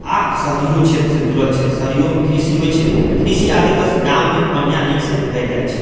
आओर शहरियो क्षेत्रसँ भी जुड़ल छै शहरियोमे कृषि होइ छै लेकिन कृषि आदिके गाँवमे बन्हियाँ नीकसँ देल जाइ छै